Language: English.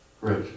Right